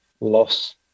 loss